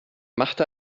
machte